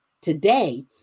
today